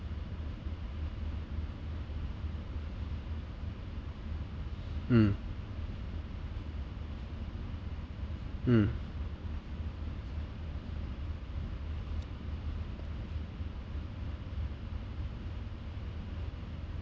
mm mm